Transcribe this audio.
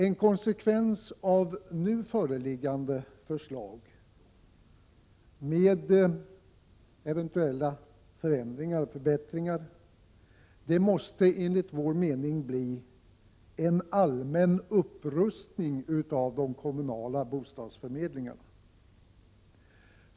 En konsekvens av nu föreliggande förslag, med eventuella förändringar eller förbättringar, måste enligt vår mening bli en allmän upprustning av de kommunala bostadsförmedlingarna.